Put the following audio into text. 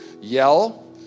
yell